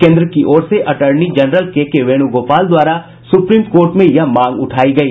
केन्द्र की ओर से attorney general K K Venugopal द्वारा सुप्रीम कोर्ट में यह मांग उठाई गई